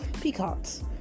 peacocks